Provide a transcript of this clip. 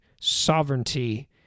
sovereignty